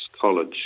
College